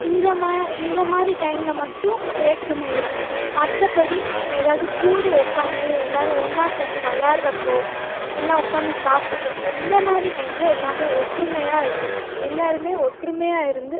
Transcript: இந்த இந்த மாதிரி டைமில் மட்டும் வேற்றுமை இருக்கும் மற்றபடி ஏதாவது கூடி உக்கார்ந்து எல்லோரும் ஒன்றா சேர்ந்து விளாடரப்போ எல்லாம் உக்கார்ந்து சாப்புடரப்போ இந்த மாதிரி டைமில் எல்லாமே ஒற்றுமையாக இருப்போம் எல்லோருமே ஒற்றுமையாக இருந்து